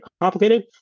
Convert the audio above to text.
complicated